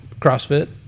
CrossFit